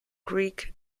greek